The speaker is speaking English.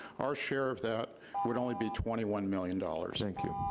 our share of that would only be twenty one million dollars. thank you.